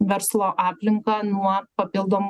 verslo aplinką nuo papildomų